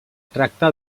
tracta